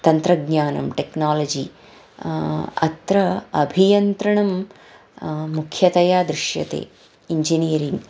तन्त्रज्ञानं टेक्नालजि अत्र अभियन्त्रणं मुख्यतया दृश्यते इञ्जिनियरिङ्ग्